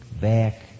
back